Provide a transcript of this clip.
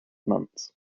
months